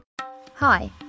Hi